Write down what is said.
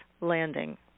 landing